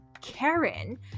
Karen